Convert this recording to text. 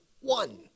one